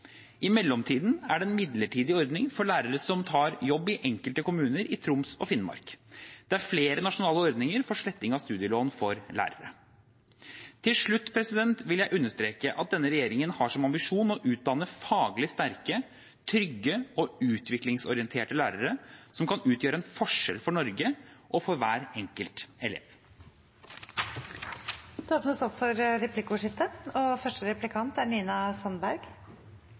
I mellomtiden er det en midlertidig ordning for lærere som tar jobb i enkelte kommuner i Troms og Finnmark. Det er flere nasjonale ordninger for sletting av studielån for lærere. Til slutt vil jeg understreke at denne regjeringen har som ambisjon å utdanne faglig sterke, trygge og utviklingsorienterte lærere, som kan utgjøre en forskjell for Norge og for hver enkelt elev. Det blir replikkordskifte.